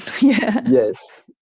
yes